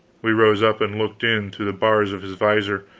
we rose up and looked in through the bars of his visor,